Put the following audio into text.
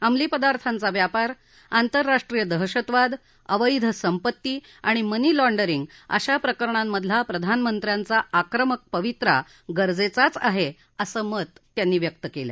अंमली पदार्थांचा व्यापार आंतरराष्ट्रीय दहशतवाद अवैध संपत्ती आणि मनी लॉण्डरिंग अशा प्रकरणां मधला प्रधानमंत्र्याचा आक्रमक पवित्रा गरजेचाच आहे असं मत त्यांनी व्यक्त केलं